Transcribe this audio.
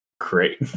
great